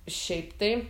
šiaip tai